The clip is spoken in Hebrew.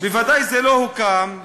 בוודאי זה לא הוקם,